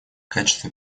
качества